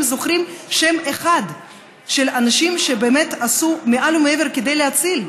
זוכרים שם אחד של אנשים שבאמת עשו מעל ומעבר כדי להציל,